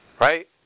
right